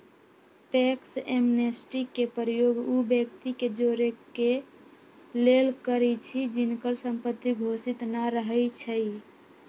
tax amnesty के प्रयोग उ व्यक्ति के जोरेके लेल करइछि जिनकर संपत्ति घोषित न रहै छइ